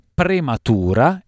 prematura